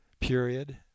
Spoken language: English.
period